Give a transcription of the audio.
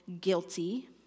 guilty